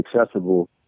accessible